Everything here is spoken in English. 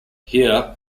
here